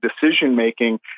decision-making